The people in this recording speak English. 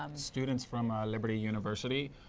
um students from liberty university.